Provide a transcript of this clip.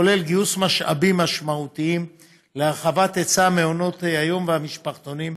הכולל גיוס משאבים משמעותיים להרחבת היצע מעונות היום והמשפחתונים,